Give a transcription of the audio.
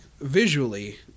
visually